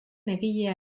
egilea